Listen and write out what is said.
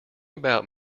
about